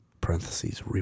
Parentheses